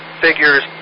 figures